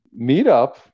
meetup